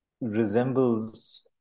resembles